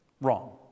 wrong